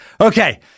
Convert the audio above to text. okay